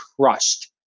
crushed